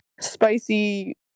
spicy